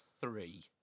three